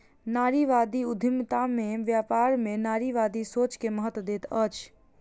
नारीवादी उद्यमिता में व्यापार में नारीवादी सोच के महत्त्व दैत अछि